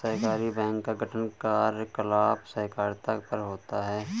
सहकारी बैंक का गठन कार्यकलाप सहकारिता पर होता है